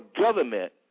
government